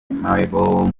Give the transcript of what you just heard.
mabior